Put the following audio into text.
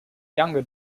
younger